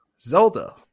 Zelda